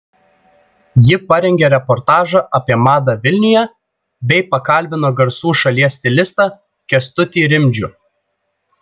ji parengė reportažą apie madą vilniuje bei pakalbino garsų šalies stilistą kęstutį rimdžių